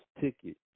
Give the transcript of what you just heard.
ticket